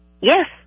Yes